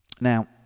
Now